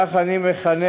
וכך אני מחנך,